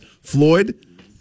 Floyd